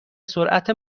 سرعت